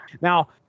now